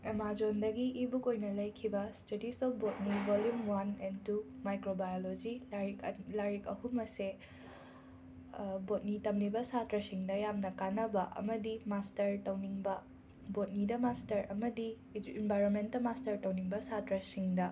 ꯑꯦꯃꯥꯖꯣꯟꯗꯒꯤ ꯏꯕꯨꯛ ꯑꯣꯏꯅ ꯂꯩꯈꯤꯕ studies of botany volume one and two microbiology ꯂꯥꯏꯔꯤꯛ ꯂꯥꯏꯔꯤꯛ ꯑꯍꯨꯝ ꯑꯁꯤ ꯕꯣꯠꯅꯤ ꯇꯝꯂꯤꯕ ꯁꯥꯇ꯭ꯔꯁꯤꯡꯗ ꯌꯥꯝꯅ ꯀꯥꯟꯅꯕ ꯑꯃꯗꯤ ꯃꯥꯁꯇꯔ ꯇꯧꯅꯤꯡꯕ ꯕꯣꯠꯅꯤꯗ ꯃꯥꯁꯇꯔ ꯑꯃꯗꯤ ꯏꯟꯕꯥꯏꯔꯣꯃꯦꯟꯠꯇ ꯃꯥꯁꯇꯔ ꯇꯧꯅꯤꯡꯕ ꯁꯥꯇ꯭ꯔꯁꯤꯡꯗ